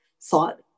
thought